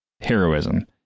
heroism